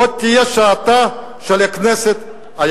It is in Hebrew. זאת תהיה שעתה היפה של הכנסת".